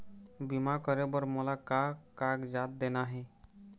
बीमा करे बर मोला का कागजात देना हे?